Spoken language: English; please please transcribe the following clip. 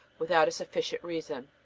without a sufficient reason.